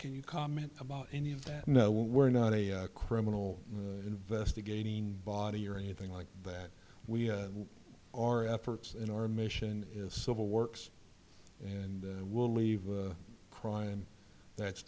can you comment about any of that no we're not a criminal investigating body or anything like that we our efforts in our mission is civil works and will leave a crime that's